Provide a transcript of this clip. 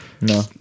no